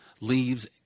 leaves